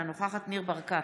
אינה נוכחת ניר ברקת,